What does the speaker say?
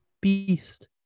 Beast